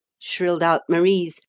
shrilled out marise,